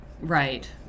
Right